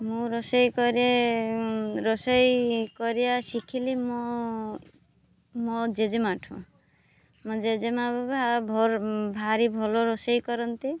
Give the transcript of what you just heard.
ମୁଁ ରୋଷେଇ କରେ ରୋଷେଇ କରିବା ଶିଖିଲି ମୋ ମୋ ଜେଜେମାଆ ଠୁ ମୋ ଜେଜେମାଆ ଭାରି ଭଲ ରୋଷେଇ କରନ୍ତି